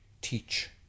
teach